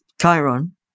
chiron